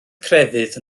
crefydd